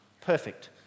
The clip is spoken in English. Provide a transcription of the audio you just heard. perfect